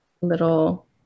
Little